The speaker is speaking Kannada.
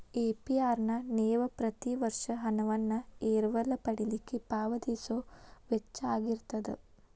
ಎ.ಪಿ.ಆರ್ ನ ನೇವ ಪ್ರತಿ ವರ್ಷ ಹಣವನ್ನ ಎರವಲ ಪಡಿಲಿಕ್ಕೆ ಪಾವತಿಸೊ ವೆಚ್ಚಾಅಗಿರ್ತದ